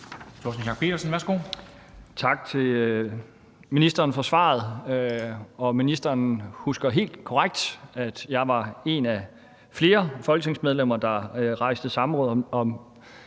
Tak til ministeren for svaret. Og ministeren husker det helt korrekt, nemlig at jeg var en af flere folketingsmedlemmer, der indkaldte til samråd om